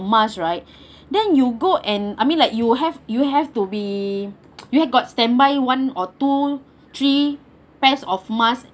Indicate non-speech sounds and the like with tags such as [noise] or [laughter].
mask right then you go and I mean like you have you have to be [noise] you have got standby one or two three pairs of mask